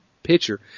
pitcher